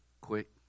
quick